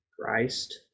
Christ